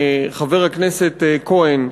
חבר הכנסת כהן,